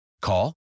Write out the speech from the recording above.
Call